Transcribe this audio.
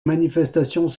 manifestations